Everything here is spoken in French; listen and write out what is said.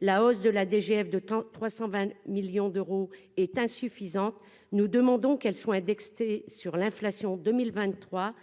la hausse de la DGF de temps 320 millions d'euros est insuffisante, nous demandons qu'elle soit indexé sur l'inflation 2023